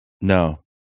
No